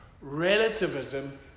Relativism